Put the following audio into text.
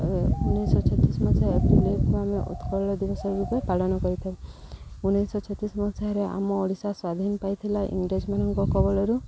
ଉଣେଇଶହ ଛତିଶ ମସିହାକୁ ଆମେ ଉତ୍କଳର ଦିବସ ରୂପେ ପାଳନ କରିଥାଉ ଉଣେଇଶହ ଛତିଶ ମସିହାରେ ଆମ ଓଡ଼ିଶା ସ୍ଵାଧୀନ ପାଇଥିଲା ଇଂରେଜ ମାନଙ୍କ କବଳରୁ